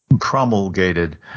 promulgated